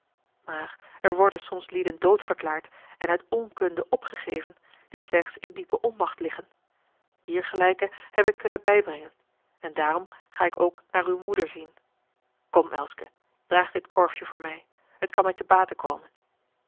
maar er worden soms lieden dood verklaard en uit onkunde opgegeven die slechts in diepe onmacht liggen diergelijke heb ik kunnen bijbrengen en daarom ga ik ook naar uwe moeder zien kom elske draagt gij dit korfje voor mij het kan mij te bate komen